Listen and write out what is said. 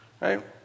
Right